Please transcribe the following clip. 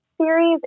series